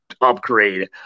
upgrade